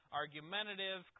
argumentative